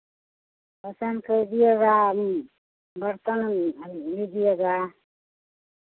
पसंद कीजिएगा बर्तन लीजिएगा